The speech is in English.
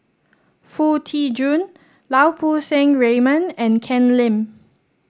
Foo Tee Jun Lau Poo Seng Raymond and Ken Lim